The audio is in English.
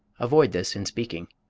avoid this in speaking.